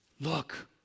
look